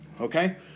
okay